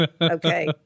Okay